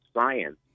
science